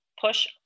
push